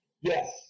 Yes